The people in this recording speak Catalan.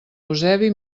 eusebi